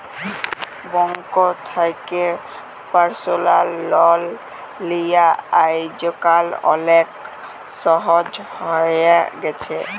bank থ্যাকে personal loan লিয়া আইজকাল অলেক সহজ হ্যঁয়ে গেছে